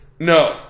No